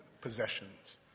possessions